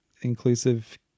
inclusive